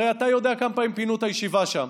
הרי אתה יודע כמה פעמים פינו את הישיבה שם,